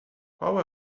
qual